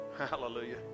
hallelujah